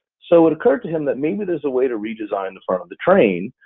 so it occurred to him that maybe there's a way to redesign the front of the train,